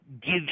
give